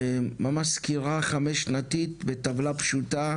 ממש סקירה חמש שנתית בטבלה פשוטה.